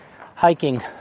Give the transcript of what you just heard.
hiking